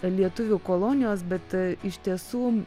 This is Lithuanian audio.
lietuvių kolonijos bet iš tiesų